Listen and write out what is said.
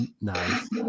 Nice